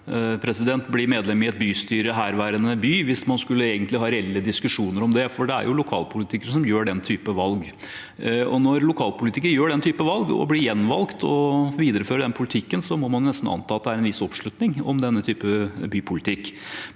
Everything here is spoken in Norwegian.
egentlig skulle ha reelle diskusjoner om det, for det er jo lokalpolitikere som gjør den typen valg. Når lokalpolitikere gjør den typen valg og blir gjenvalgt og viderefører den politikken, må man nesten anta at det er en viss oppslutning om denne typen bypolitikk.